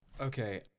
Okay